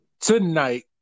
Tonight